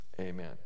amen